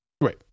right